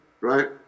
right